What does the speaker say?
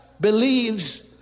believes